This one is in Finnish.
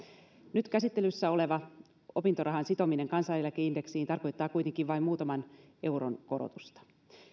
nyt käsittelyssä oleva opintorahan sitominen kansaneläkeindeksiin tarkoittaa kuitenkin vain muutaman euron korotusta